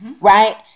right